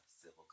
civil